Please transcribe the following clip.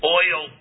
oil